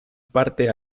parte